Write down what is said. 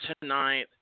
tonight –